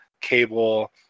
Cable